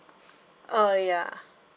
oh ya